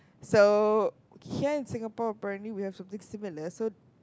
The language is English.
so here in Singapore apparently we have something similar so